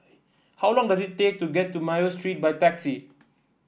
how long does it take to get to Mayo Street by taxi